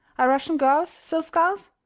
are russian girls so scarce?